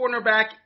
cornerback